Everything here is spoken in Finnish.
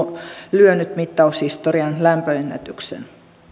lyönyt mittaushistorian lämpöennätyksen